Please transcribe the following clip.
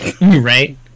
Right